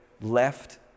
left